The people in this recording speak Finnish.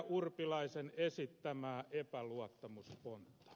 urpilaisen esittämää epäluottamuspontta